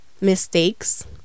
mistakes